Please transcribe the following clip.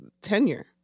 Tenure